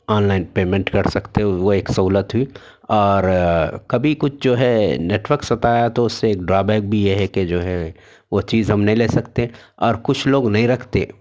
online payment کر سکتے ہو وہ ایک سہولت ہوئی اور کبھی کچھ جو ہے نیٹک ورک ستایا تو اس سے ایک ڈرا بیک بھی یہ ہے کہ جو ہے وہ چیز ہم نہیں لے سکتے اور کچھ لوگ نہیں رکھتے